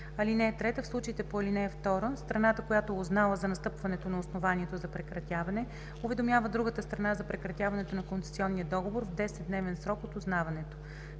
в тях. (3) В случаите по ал. 2 страната, която е узнала за настъпването на основанието за прекратяване, уведомява другата страна за прекратяването на концесионния договор в 10-дневен срок от узнаването.“